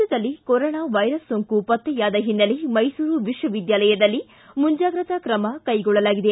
ರಾಜ್ಯದಲ್ಲಿ corona virus ಸೋಂಕು ಪತ್ತೆಯಾದ ಹಿನ್ನೆಲೆ ಮೈಸೂರು ವಿಶ್ವವಿದ್ಯಾಲಯದಲ್ಲಿ ಮುಂಜಾಗ್ರತಾ ತ್ರಮ ಕೈಗೊಳ್ಳಲಾಗಿದೆ